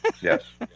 Yes